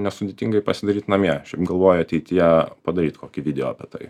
nesudėtingai pasidaryt namie aš šiaip galvoju ateityje padaryt kokį video apie tai